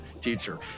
teacher